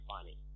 funny